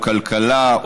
או כלכלה,